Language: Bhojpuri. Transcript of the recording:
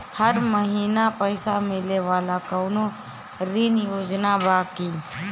हर महीना पइसा मिले वाला कवनो ऋण योजना बा की?